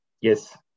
Yes